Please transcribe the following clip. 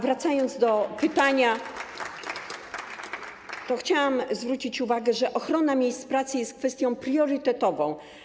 Wracając do pytania, chciałam zwrócić uwagę, że ochrona miejsc pracy jest kwestią priorytetową.